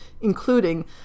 including